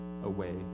away